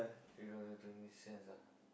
three dollar twenty cents ah